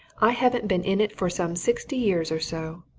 i haven't been in it for some sixty years or so,